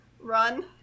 run